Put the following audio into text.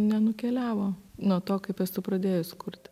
nenukeliavo nuo to kaip esu pradėjus kurti